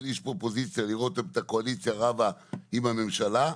איש אופוזיציה לראות את הקואליציה רבה עם הממשלה.